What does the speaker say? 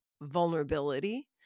vulnerability